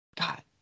God